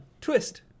Twist